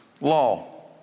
law